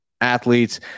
athletes